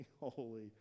holy